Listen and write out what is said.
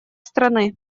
страны